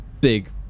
big